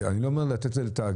אני לא אומר לתת את זה לתאגיד.